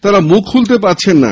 তারা মুখ খুলতেও পারছেন না